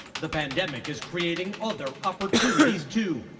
the pandemic is creating other opportunities, too.